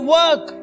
work